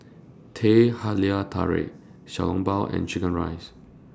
Teh Halia Tarik Xiao Long Bao and Chicken Rice